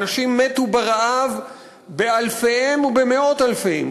אנשים מתו ברעב באלפיהם ובמאות-אלפיהם,